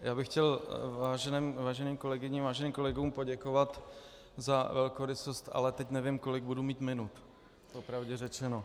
Já bych chtěl váženým kolegyním a váženým kolegům poděkovat za velkorysost, ale teď nevím, kolik budu mít minut, po pravdě řečeno.